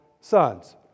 sons